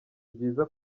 byiza